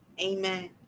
amen